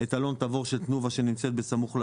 אלון תבור של תנובה בסמוך לעפולה.